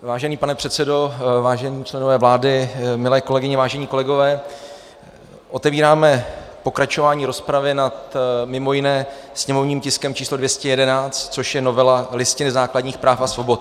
Vážený pane předsedo, vážení členové vlády, milé kolegyně, vážení kolegové, otevíráme pokračování rozpravy mimo jiné nad sněmovním tiskem 211, což je novela Listiny základních práv a svobod.